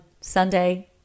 Sunday